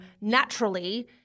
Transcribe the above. naturally